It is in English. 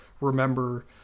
remember